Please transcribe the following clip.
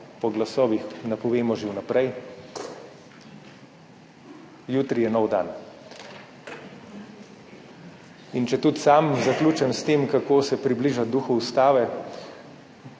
po glasovih napovemo že vnaprej. Jutri je nov dan. In če tudi sam zaključim s tem, kako se približati duhu ustave.